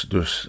Dus